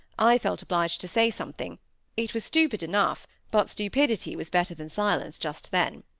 i felt obliged to say something it was stupid enough, but stupidity was better than silence just then.